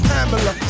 Pamela